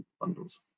bundles